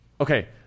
Okay